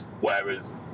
Whereas